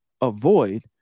Avoid